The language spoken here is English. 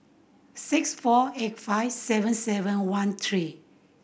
six four eight five seven seven one three